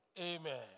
Amen